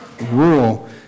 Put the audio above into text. rule